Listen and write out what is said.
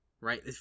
Right